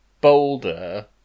boulder